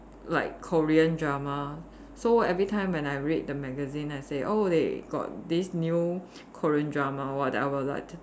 like Korean drama so every time when I read the magazine I say oh they got this new Korean drama or what then I will like